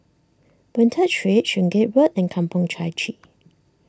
Boon Tat Street Sungei Road and Kampong Chai Chee